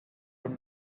from